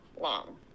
long